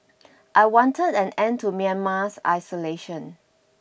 I wanted an end to Myanmar's isolation